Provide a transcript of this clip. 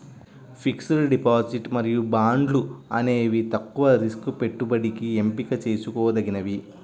fixed deposit మరియు బాండ్లు అనేవి తక్కువ రిస్క్ పెట్టుబడికి ఎంపిక చేసుకోదగినవి